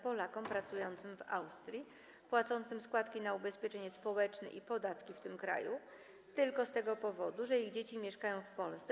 Polakom pracującym w Austrii - płacącym składki na ubezpieczenie społeczne i podatki w tym kraju - tylko z tego powodu, że ich dzieci mieszkają w Polsce.